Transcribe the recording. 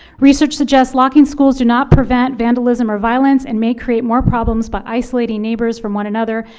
research suggests locking schools do not prevent vandalism or violence, and may create more problems by isolating neighbors from one another,